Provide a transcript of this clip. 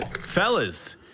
Fellas